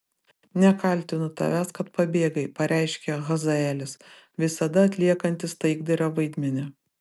nekaltinu tavęs kad pabėgai pareiškė hazaelis visada atliekantis taikdario vaidmenį